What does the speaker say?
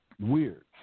weird